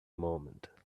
moment